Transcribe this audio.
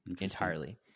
entirely